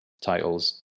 titles